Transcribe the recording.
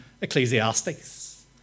Ecclesiastes